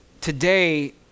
today